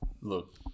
Look